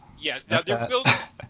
Yes